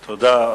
תודה.